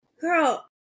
girl